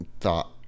thought